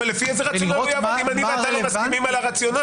אבל לפי איזה רציונל הוא יעבור אם אני ואתה לא מסכימים על הרציונל?